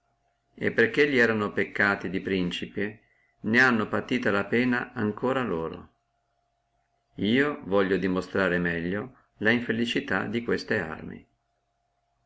e perché elli erano peccati di principi ne hanno patito la pena ancora loro io voglio dimonstrare meglio la infelicità di queste arme